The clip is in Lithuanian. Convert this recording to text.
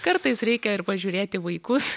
kartais reikia ir pažiūrėti vaikus